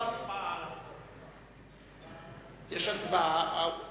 יש הצבעה.